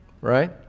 Right